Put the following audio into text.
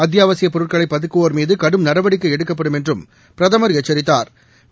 அத்தியாவசியப் பொருட்களைபதுக்குவோர் மீதுகடும் நடவடிக்கை எடுக்கப்படும் என்றும் பிரதமர் எச்சரித்தாா்